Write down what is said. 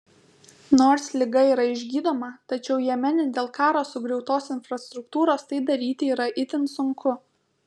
nors liga yra išgydoma tačiau jemene dėl karo sugriautos infrastruktūros tai daryti yra itin sunku